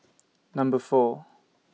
Number four